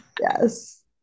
Yes